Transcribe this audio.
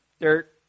dirt